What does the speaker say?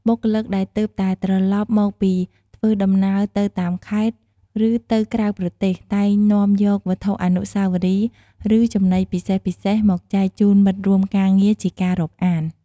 បុគ្គលិកដែលទើបតែត្រឡប់មកពីធ្វើដំណើរទៅតាមខេត្ត ឬទៅក្រៅប្រទេស តែងនាំយក វត្ថុអនុស្សាវរីយ៍ ឬ ចំណីពិសេសៗ មកចែកជូនមិត្តរួមការងារជាការរាប់អាន។